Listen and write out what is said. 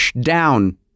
down